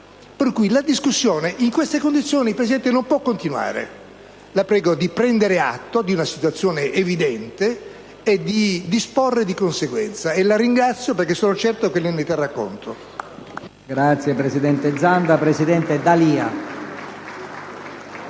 la discussione non può continuare. La prego di prendere atto di una situazione evidente e di disporre di conseguenza. E la ringrazio, perché sono certo che lei ne terrà conto.